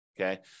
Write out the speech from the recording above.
okay